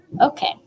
okay